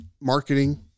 marketing